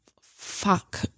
fuck